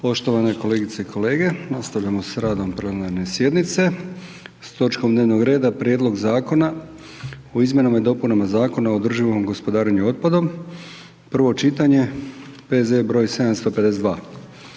Poštovane kolegice i kolege, nastavljamo s radom plenarne sjednice s točkom dnevnog reda: - Prijedlog zakona o izmjenama i dopunama Zakona o održivom gospodarenju otpadom, prvo čitanje, P.Z. br. 752